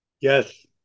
Yes